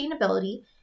sustainability